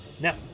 Now